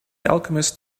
alchemist